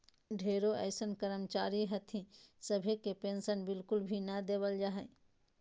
ढेरो अइसन कर्मचारी हथिन सभे के पेन्शन बिल्कुल भी नय देवल जा हय